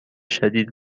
شدید